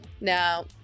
Now